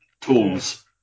tools